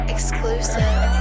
Exclusive